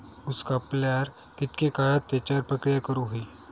ऊस कापल्यार कितके काळात त्याच्यार प्रक्रिया करू होई?